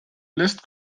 lässt